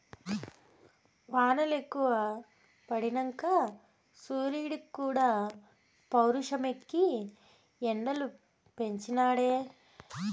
వానలెక్కువ పడినంక సూరీడుక్కూడా పౌరుషమెక్కి ఎండలు పెంచి నాడే